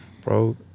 bro